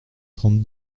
trente